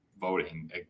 voting